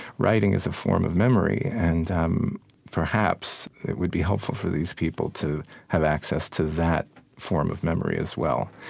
writing is a form of memory, and um perhaps it would be helpful for these people to have access to that form of memory as well.